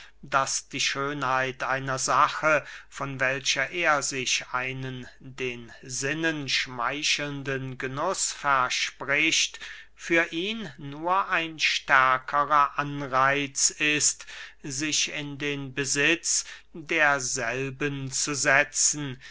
daß die schönheit einer sache von welcher er sich einen den sinnen schmeichelnden genuß verspricht für ihn nur ein stärkerer anreitz ist sich in den besitz derselben zu setzen